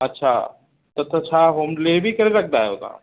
अछा त त छा होम डिलेवरी बि करे रखंदा आहियो तव्हां